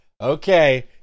Okay